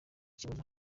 kibazo